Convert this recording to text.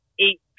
Eight